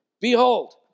Behold